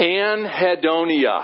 anhedonia